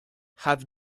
have